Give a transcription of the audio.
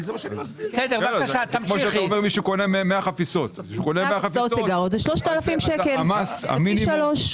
זה כמו שאתה אומר שמישהו קונה 100 חפיסות,